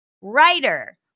writer